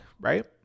right